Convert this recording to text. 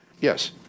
Yes